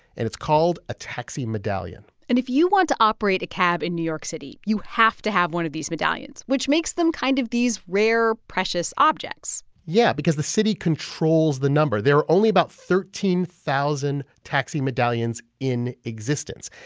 and it's called a taxi medallion and if you want to operate a cab in new york city, you have to have one of these medallions, which makes them kind of these rare, precious objects yeah, because the city controls the number. there are only about thirteen thousand taxi medallions in existence.